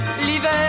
l'hiver